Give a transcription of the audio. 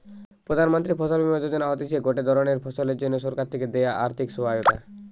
প্রধান মন্ত্রী ফসল বীমা যোজনা হতিছে গটে ধরণের ফসলের জন্যে সরকার থেকে দেয়া আর্থিক সহায়তা